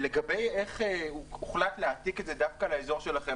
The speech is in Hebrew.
לגבי איך הוחלט להעתיק את זה דווקא לאזור שלכם.